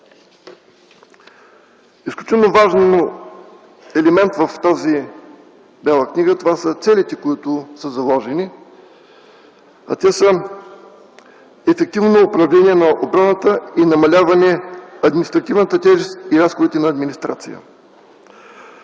Изключително важен, елемент в тази Бяла книга това са целите, които са заложени, а те са: ефективно управление на отбраната и намаляване административната тежест и разходите на администрацията.